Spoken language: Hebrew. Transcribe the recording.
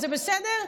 וזה בסדר,